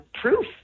proof